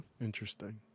Interesting